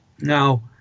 Now